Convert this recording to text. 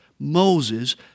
Moses